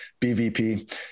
BVP